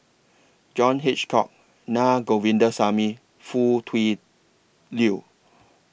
John Hitchcock Na Govindasamy Foo Tui Liew